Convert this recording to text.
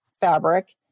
fabric